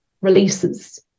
releases